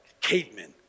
cavemen